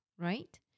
right